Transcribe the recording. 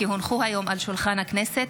כי הונחו היום על שולחן הכנסת,